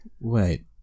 Wait